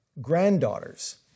granddaughters